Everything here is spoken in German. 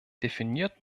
definiert